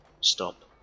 Stop